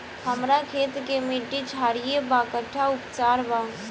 हमर खेत के मिट्टी क्षारीय बा कट्ठा उपचार बा?